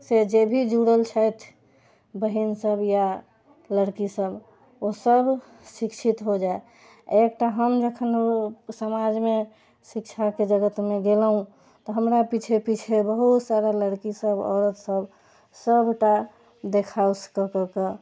से जे भी जुड़ल छथि बहिन सब या लड़की सब ओसब शिक्षित हो जाइ एकटा हम जखन ओ समाजमे शिक्षाके जगतमे गेलहुँ तऽ हमरा पीछे पीछे बहुत सारा लड़की सब औरत सब सबटा देखौंस कऽ कऽ के